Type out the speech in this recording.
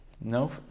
No